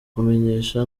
kumenyesha